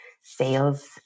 sales